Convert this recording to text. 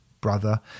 brother